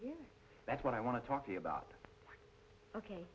hear that's what i want to talk to you about ok